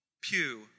pew